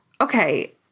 okay